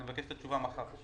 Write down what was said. אני מבקש את התשובה מחר.